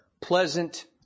pleasant